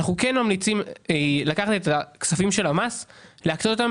אנחנו כן ממליצים לקחת את הכספים של המס ולהפנות אותם